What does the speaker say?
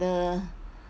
the